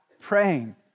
praying